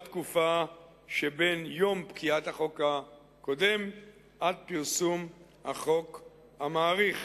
תקופה שבין יום פקיעת החוק הקודם עד פרסום החוק המאריך